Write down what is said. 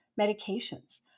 medications